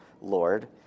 Lord